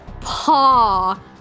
paw